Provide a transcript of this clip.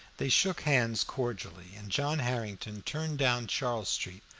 they shook hands cordially, and john harrington turned down charles street,